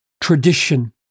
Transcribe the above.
tradition